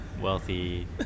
wealthy